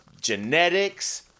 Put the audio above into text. genetics